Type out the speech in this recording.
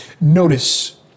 Notice